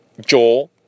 Joel